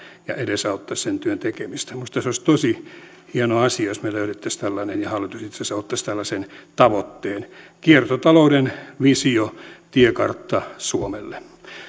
ja edesauttaisi sen työn tekemistä minusta se olisi tosi hieno asia jos me löytäisimme tällaisen ja hallitus itse asiassa ottaisi tällaisen tavoitteen kiertotalouden visio tiekartta suomelle